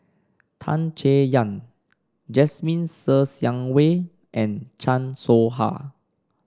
Tan Chay Yan Jasmine Ser Xiang Wei and Chan Soh Ha